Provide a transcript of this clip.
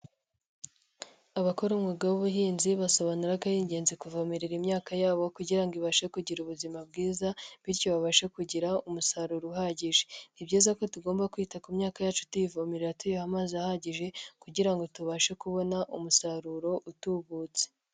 Abakora umwuga w'ubuhinzi, basobanura ko ari ingenzi kuvomerera imyaka yabo kugira ngo ibashe kugira ubuzima bwiza bityo babashe kugira umusaruro uhagije. Ni byiza ko tugomba kwita ku myaka yacu tuyivomerera, tuyiha amazi ahagije kugira ngo tubashe kubona umusaruro utubutse.